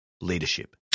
leadership